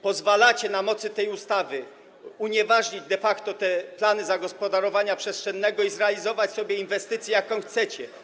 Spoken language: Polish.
Pozwalacie na mocy tej ustawy unieważnić de facto plany zagospodarowania przestrzennego i zrealizować sobie inwestycję, jaką chcecie.